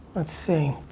let's see.